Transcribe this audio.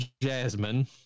Jasmine